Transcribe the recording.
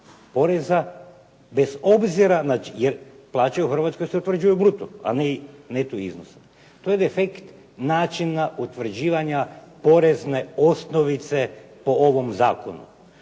poreza bez obzira jer plaćaju u Hrvatskoj se utvrđuju bruto a ne neto iznosi. To je defekt načina utvrđivanja porezne osnovice po ovom zakonu.